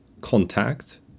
contact